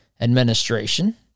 administration